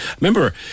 remember